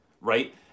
Right